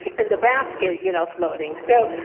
and basket, you know, floating. so,